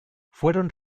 fueron